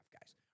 guys